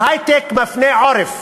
וההיי-טק מפנה עורף